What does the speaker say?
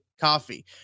Coffee